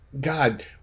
God